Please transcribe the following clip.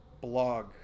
blog